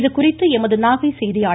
இதுகுறித்து எமது நாகை செய்தியாளர்